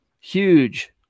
huge